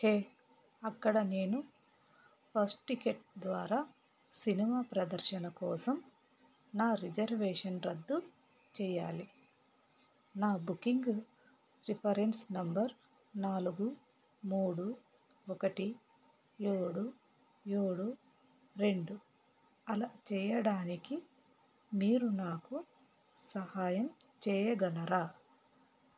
హే అక్కడ నేను fast ticket ద్వారా సినిమా ప్రదర్శన కోసం నా రిజర్వేషన్ రద్దు చేయాలి నా బుకింగ్ రిఫరెన్స్ నెంబర్ నాలుగు మూడు ఒకటి ఏడు ఏడు రెండు అలా చేయడానికి మీరు నాకు సహాయం చేయగలరా